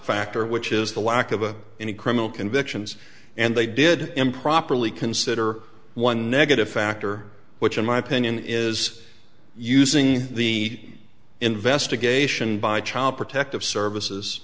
factor which is the lack of of any criminal convictions and they did improperly consider one negative factor which in my opinion is using the investigation by child protective